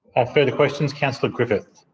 ah further questions councillor griffiths.